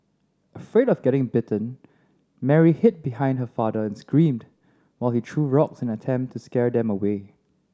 afraid of getting bitten Mary hid behind her father and screamed while he threw rocks in an attempt to scare them away